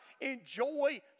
Enjoy